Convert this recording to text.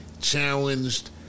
challenged